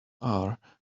are